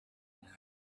ntanga